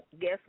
guess